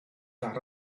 dot